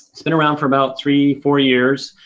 it's been around for about three, four years.